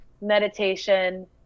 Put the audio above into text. meditation